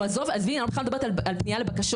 עזבי, אני בכלל לא מדברת על פנייה לבקשות.